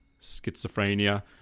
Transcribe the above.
schizophrenia